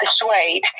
persuade